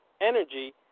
energy